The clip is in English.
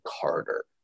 Carter